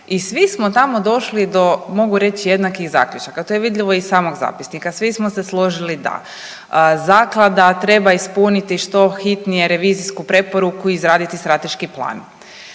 i svi smo tamo došli do mogu reći jednakih zaključaka. To je vidljivo i iz samog zapisnika. Svi smo se složili da zaklada treba ispuniti što hitnije revizijsku preporuku, izraditi strateški plan,